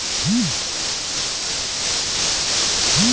bond लेहे म मनसे मन ल बरोबर फायदा होथे